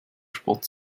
sport